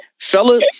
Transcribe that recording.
fella